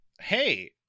hey